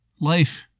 life